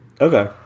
Okay